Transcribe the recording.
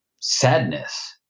sadness